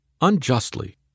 unjustly